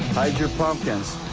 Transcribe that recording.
hide your pumpkins.